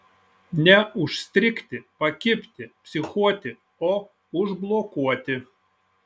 ne užstrigti pakibti psichuoti o užblokuoti